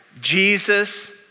Jesus